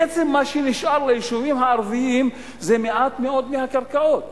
בעצם מה שנשאר ליישובים הערביים זה מעט מאוד מהקרקעות,